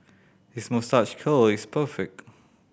his moustache curl is perfect